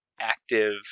active